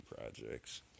projects